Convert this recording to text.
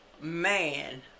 man